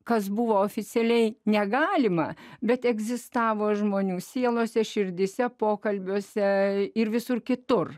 kas buvo oficialiai negalima bet egzistavo žmonių sielose širdyse pokalbiuose ir visur kitur